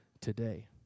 today